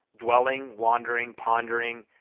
dwelling, wandering, pondering,